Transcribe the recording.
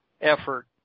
effort